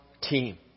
team